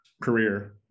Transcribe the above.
career